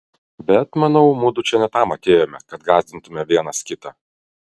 bet manau mudu čia ne tam atėjome kad gąsdintumėme vienas kitą